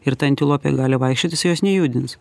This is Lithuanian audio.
ir ta antilopė gali vaikščiot jisai jos nejudins